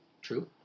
True